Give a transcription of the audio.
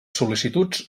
sol·licituds